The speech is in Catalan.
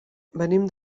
venim